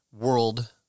world